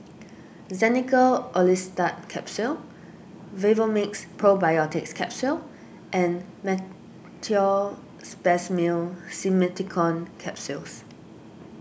Xenical Orlistat Capsules Vivomixx Probiotics Capsule and Meteospasmyl Simeticone Capsules